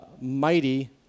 mighty